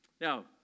Now